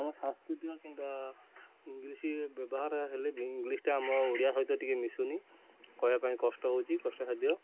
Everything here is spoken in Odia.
ଆମ ସାଂସ୍କୃତିକ କିମ୍ବା ଇଙ୍ଗଲିଶ୍ ବ୍ୟବହାର ହେଲେ ବି ଇଙ୍ଗଲିଶ୍ ଟା ଆମ ଓଡ଼ିଆ ସହିତ ଟିକେ ମିଶୁନି କହିବା ପାଇଁ କଷ୍ଟ ହେଉଛି କଷ୍ଟସାଧ୍ୟ